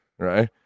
Right